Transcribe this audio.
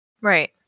right